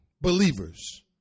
believers